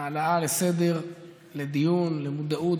ההעלאה לסדר-היום, לדיון, למודעות,